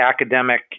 academic